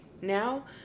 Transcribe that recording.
now